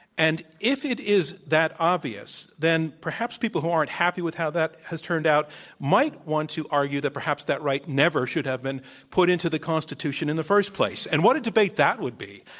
and if it is that obvious, then perhaps people who aren't happy with how that has turned out might want to argue that perhaps that right never should have been put into the constitution in the first place. and what a debate that would be,